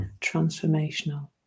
transformational